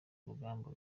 urugamba